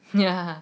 you know